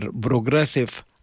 progressive